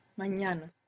mañana